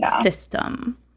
system